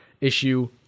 issue